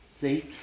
see